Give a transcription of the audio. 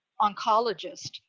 oncologist